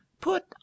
Put